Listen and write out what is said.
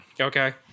Okay